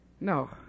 No